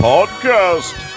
Podcast